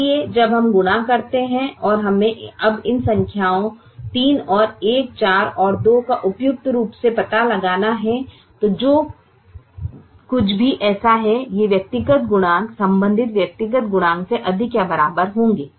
इसलिए जब हम गुणा करते हैं और हमें अब इन संख्याओं 3 और 1 4 और 2 का उपयुक्त रूप से पता लगाना है तो जो कुछ भी ऐसा है ये व्यक्तिगत गुणांक संबंधित व्यक्तिगत गुणांक से अधिक या बराबर होंगे